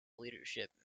leadership